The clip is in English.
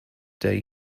day